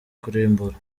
kurimbura